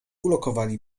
ulokowali